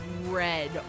red